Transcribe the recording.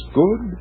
good